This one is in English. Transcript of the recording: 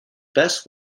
best